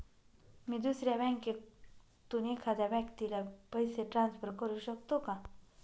मी दुसऱ्या बँकेतून एखाद्या व्यक्ती ला पैसे ट्रान्सफर करु शकतो का?